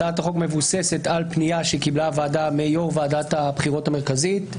הצעת החוק מבוססת על פנייה שקיבלה הוועדה מיו"ר ועדת הבחירות המרכזית,